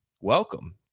welcome